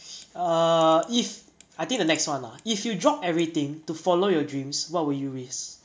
err if I think the next [one] lah if you drop everything to follow your dreams what will you risk